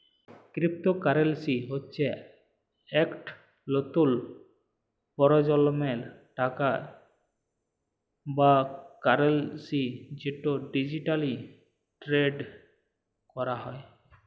crypto currency হচ্যে ইকট লতুল পরজলমের টাকা বা কারেলসি যেট ডিজিটালি টেরেড ক্যরা হয়